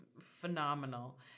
phenomenal